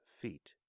feet